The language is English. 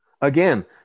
Again